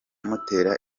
mutera